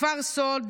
כפר סאלד,